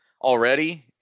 already